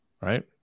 right